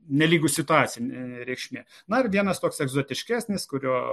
nelygu situacinė reikšmė na ir vienas toks egzotiškesnis kurio